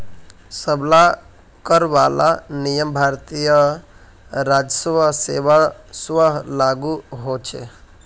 सब ला कर वाला नियम भारतीय राजस्व सेवा स्व लागू होछे